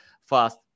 fast